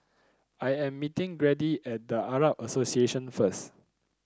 I am meeting Grady at The Arab Association first